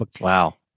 Wow